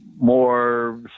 more